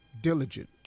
diligent